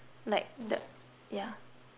like the yeah